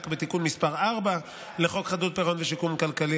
בתיקון מס' 4 לחוק חדלות פירעון ושיקום כלכלי,